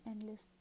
endless